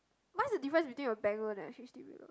what's the difference between a bank loan and a H_D_B loan